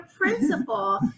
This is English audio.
principal